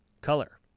color